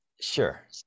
Sure